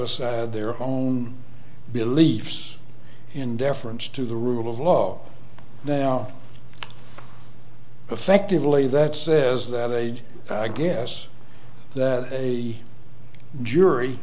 aside their own beliefs in deference to the rule of law now affectively that says that age i guess that a jury